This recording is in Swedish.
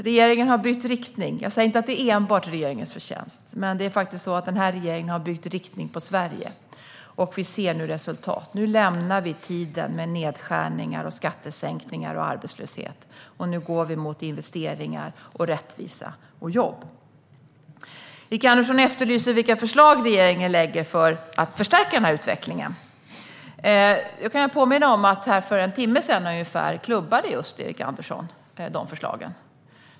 Regeringen har bytt riktning. Jag säger inte att detta enbart är regeringens förtjänst, men regeringen har faktiskt bytt riktning för Sverige. Vi ser nu resultaten. Nu lämnar vi tiden för nedskärningar, skattesänkningar och arbetslöshet och går mot investeringar, rättvisa och jobb. Erik Andersson efterlyser vilka förslag regeringen har för att förstärka denna utveckling. Jag vill påminna om att för bara någon timme sedan var Erik Andersson här i kammaren när sådana förslag klubbades igenom.